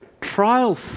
trials